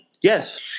Yes